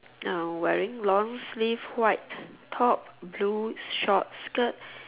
uh wearing long sleeves white top blue short skirt